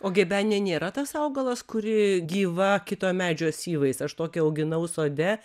o gebenė nėra tas augalas kuri gyva kito medžio syvais aš tokį auginau sode